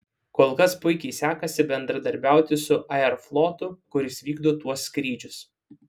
kol kas puikiai sekasi bendradarbiauti su aeroflotu kuris vykdo tuos skrydžius